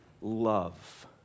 love